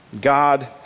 God